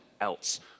else